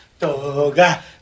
Toga